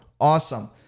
Awesome